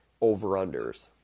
over-unders